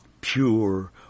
pure